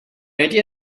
idea